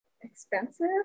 expensive